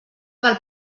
del